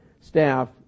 staff